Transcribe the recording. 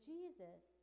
Jesus